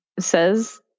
Says